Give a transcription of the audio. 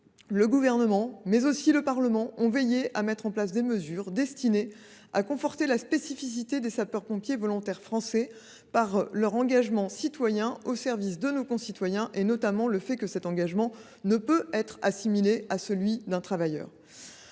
le Gouvernement et le Parlement ont veillé à mettre en place des mesures destinées à conforter la spécificité des sapeurs pompiers volontaires français, caractérisés par leur engagement citoyen au service de nos concitoyens, notamment le principe selon lequel cet engagement ne peut être assimilé à celui d’un travailleur.